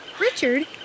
Richard